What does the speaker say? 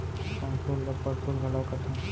पैसुल ल परसुल घलौ कथें